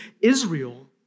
Israel